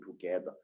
together